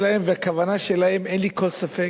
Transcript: היוזמה שלהם והכוונה שלהם, אין לי כל ספק,